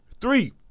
Three